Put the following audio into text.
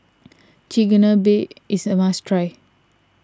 Chigenabe is a must try